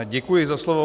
Děkuji za slovo.